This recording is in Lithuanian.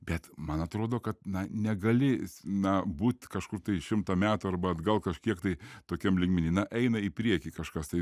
bet man atrodo kad na negali na būt kažkur tai šimto metų arba atgal kažkiek tai tokiam lygmeny na eina į priekį kažkas tai